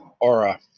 aura